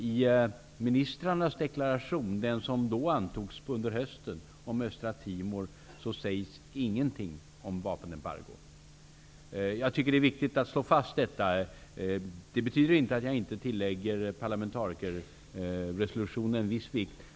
I ministrarnas deklaration om Östtimor, som antogs under hösten, sägs ingenting om vapenembargo. Jag tycker att det är viktigt att slå fast detta. Det betyder inte att jag inte tillmäter parlamentarikerresolutionen viss vikt.